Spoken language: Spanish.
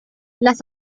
las